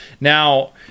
Now